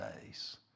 days